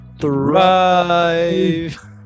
Thrive